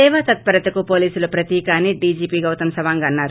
సేవాతత్పరతకు పోలీసులు ప్రతీక అని డీజీపీ గౌతమ్ సవాంగ్ అన్నారు